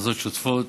הכנסות שוטפות,